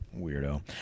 Weirdo